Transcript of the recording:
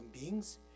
beings